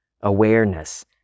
awareness